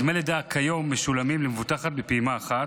דמי לידה משולמים כיום למבוטחת בפעימה אחת,